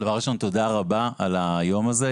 דבר ראשון, תודה רבה על היום הזה.